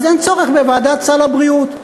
אז אין צורך בוועדת סל הבריאות.